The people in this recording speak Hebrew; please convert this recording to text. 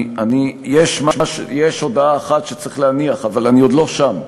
יש הודעה אחת שצריך להניח, אבל אני עוד לא שם.